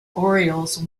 orioles